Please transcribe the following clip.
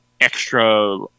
extra